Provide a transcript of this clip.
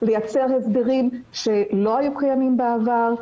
לייצר הסדרים שלא היו קיימים בעבר.